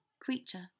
Creature